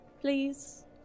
please